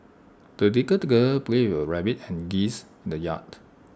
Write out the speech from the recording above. the little girl played with her rabbit and geese in the yard